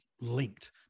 linked